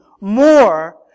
more